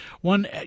One